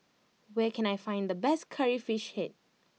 where can I find the best Curry Fish Head